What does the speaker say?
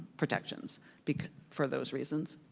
protections for those reasons.